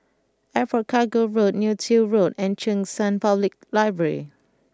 Airport Cargo Road Neo Tiew Road and Cheng San Public Library